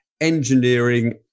engineering